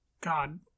God